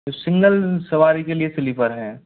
तो सिंगल सवारी के लिए स्लीपर हैं